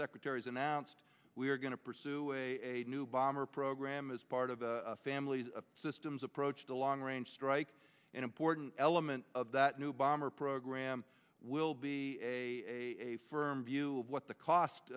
secretaries announced we are going to pursue a new bomber program as part of a family's systems approach to long range strike an important element of that new bomber program will be a firm view of what the cost